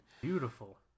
Beautiful